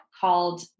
called